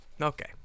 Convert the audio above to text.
okay